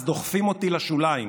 אז דוחפים אותי לשוליים.